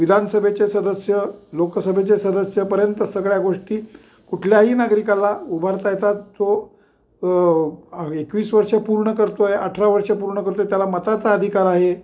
विधानसभेचे सदस्य लोकसभेचे सदस्यपर्यंत सगळ्या गोष्टी कुठल्याही नागरिकला उभारता येतात तो अ एकवीस वर्ष पूर्ण करतोय अठरा वर्ष पूर्ण करतोय त्याला मताचा अधिकार आहे